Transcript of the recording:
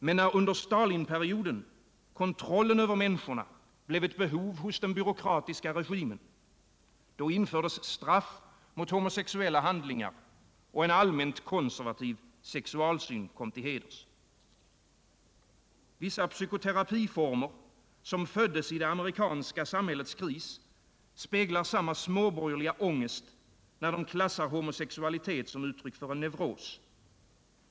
Men när — under Stalinperioden — kontrollen över människorna blev ett behov hos den byråkratiska regimen, då infördes straff för homosexuella handlingar och en allmänt konservativ sexualsyn kom till heders. Vissa psykoterapiformer, som föddes i det amerikanska samhällets kris, speglar samma småborgerliga ångest, när de klassar homosexualitet såsom uttryck för en neuros.